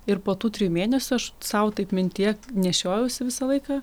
ir po tų trijų mėnesių aš sau taip mintyje nešiojausi visą laiką